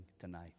tonight